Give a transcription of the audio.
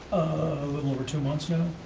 a little over two months now.